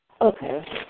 Okay